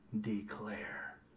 declare